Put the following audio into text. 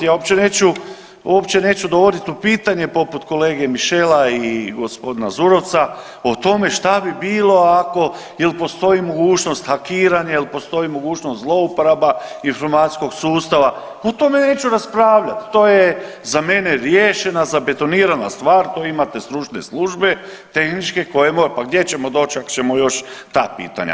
Ja uopće neću, uopće neću dovoditi u pitanje poput kolege Mišela i gospodina Zurovca o tome šta bi bilo ako, jel postoji mogućnost hakiranja, jel postoji mogućnost zlouporaba informacijskog sustava, o tome neću raspravljati, to je za mene riješena, zabetoniran stvar, to imate stručne službe, tehničke koje, pa gdje ćemo doći ako ćemo još ta pitanja.